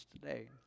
today